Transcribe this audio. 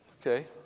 Okay